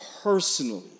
personally